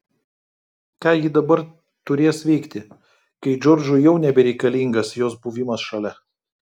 ką ji dabar turės veikti kai džordžui jau nebereikalingas jos buvimas šalia